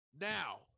Now